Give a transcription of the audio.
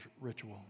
ritual